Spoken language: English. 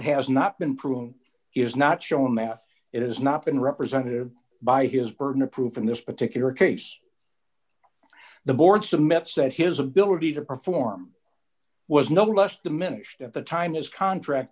has not been proven is not shown math it has not been representative by his burden of proof in this particular case the board submit said his ability to perform was no less diminished at the time his contract